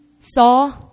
saw